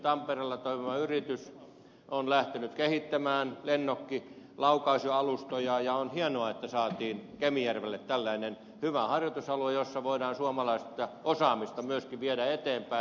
tampereella toimiva yritys on lähtenyt kehittämään lennokkien laukaisualustoja ja on hienoa että saatiin kemijärvelle tällainen hyvä harjoitusalue jossa voidaan myöskin suomalaista osaamista viedä eteenpäin